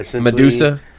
Medusa